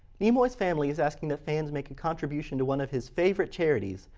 nimoy's family is asking that fans make a contribution to one of his favorite charities,